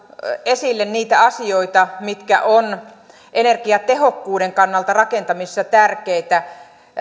esille niitä asioita mitkä ovat energiatehokkuuden kannalta rakentamisessa tärkeitä